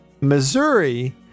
Missouri